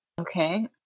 Okay